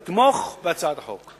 אני פונה לחברי הכנסת לתמוך בהצעת החוק.